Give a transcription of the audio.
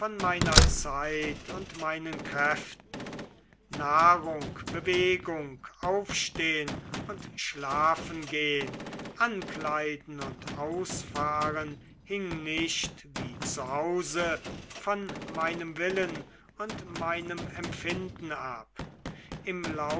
meiner zeit und meinen kräften nahrung bewegung aufstehn und schlafengehn ankleiden und ausfahren hing nicht wie zu hause von meinem willen und meinem empfinden ab im